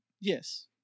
Yes